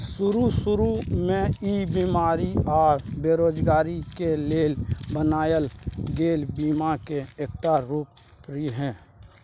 शरू शुरू में ई बेमारी आ बेरोजगारी के लेल बनायल गेल बीमा के एकटा रूप रिहे